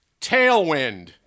Tailwind